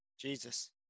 Jesus